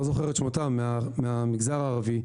מהמגזר הערבי,